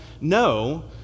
No